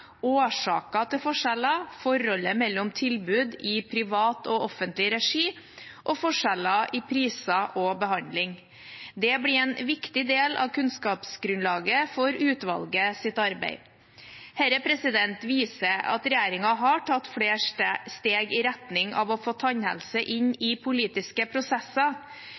årsaker til forskjeller, forholdet mellom tilbud i privat og offentlig regi, og forskjeller i priser og behandling. Det blir en viktig del av kunnskapsgrunnlaget for utvalgets arbeid. Dette viser at regjeringen har tatt flere steg i retning av å få tannhelse inn i politiske prosesser.